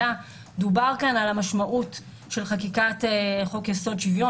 דובר כאן על המשמעות של חקיקת חוק יסוד שוויון